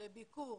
לביקור.